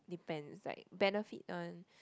depends right benefit one